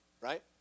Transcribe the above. right